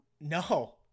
No